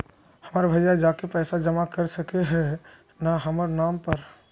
हमर भैया जाके पैसा जमा कर सके है न हमर नाम पर?